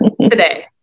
today